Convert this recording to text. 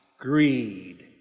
greed